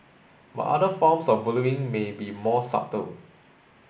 but other forms of may be more subtle